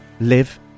live